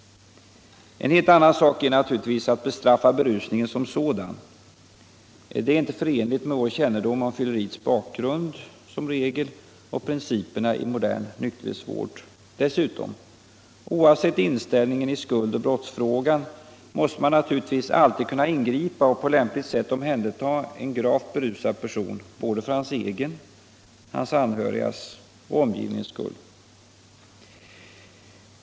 En helt annan sak är naturligtvis att bestraffa berusningen som sådan. Det är som regel inte förenligt med vår kännedom om fylleriets bakgrund och principerna i modern nykterhetsvård. Dessutom — oavsett inställningen i skuld och brottsfrågan — måste man naturligtvis alltid kunna ingripa och på lämpligt sätt omhänderta en gravt berusad person för hans egen, hans anhörigas och omgivningens skull.